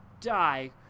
die